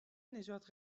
نجات